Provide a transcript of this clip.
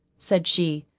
said she.